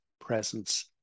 presence